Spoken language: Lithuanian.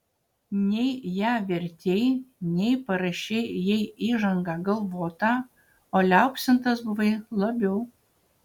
nei ją vertei nei parašei jai įžangą galvotą o liaupsintas buvai labiau